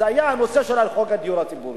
היה הנושא של חוק הדיור הציבורי.